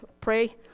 pray